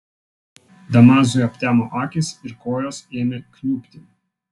damazui aptemo akys ir kojos ėmė kniubti